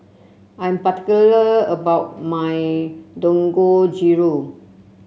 I'm particular about my Dangojiru